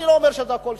אני לא אומר שהכול שחור,